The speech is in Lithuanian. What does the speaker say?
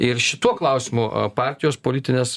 ir šituo klausimu partijos politinės